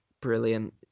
Brilliant